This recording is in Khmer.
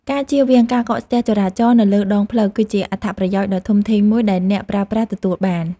ការចៀសវាងការកកស្ទះចរាចរណ៍នៅលើដងផ្លូវ គឺជាអត្ថប្រយោជន៍ដ៏ធំធេងមួយដែលអ្នកប្រើប្រាស់ទទួលបាន។